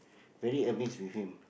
very amazed with him